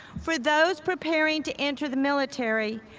for those preparing to enter the military,